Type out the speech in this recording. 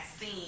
scene